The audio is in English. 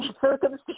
circumstances